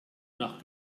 nach